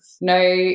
no